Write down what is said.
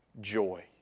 Joy